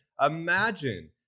Imagine